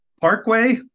Parkway